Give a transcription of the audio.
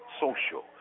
social